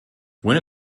when